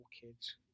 kids